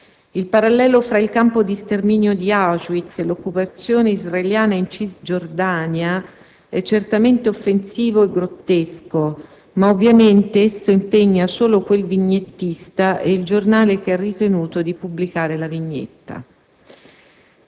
Il parallelo fra il campo di sterminio di Auschwitz e l'occupazione israeliana in Cisgiordania è certamente offensivo e grottesco, ma ovviamente esso impegna solo quel vignettista e il giornale che ha ritenuto di pubblicare la vignetta.